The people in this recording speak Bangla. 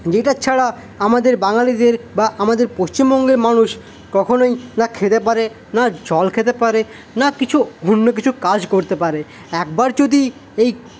যেটা ছাড়া আমাদের বাঙ্গালিদের বা আমাদের পশ্চিমবঙ্গের মানুষ কখনোই না খেতে পারে না জল খেতে পারে না কিছু অন্য কিছু কাজ করতে পারে একবার যদি এই